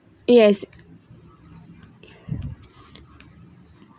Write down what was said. yes